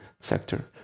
sector